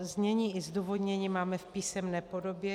Znění i zdůvodnění máme v písemné podobě.